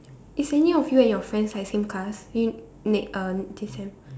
is any of you and your friends like same class y~ ne~ uh this sem